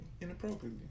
Inappropriately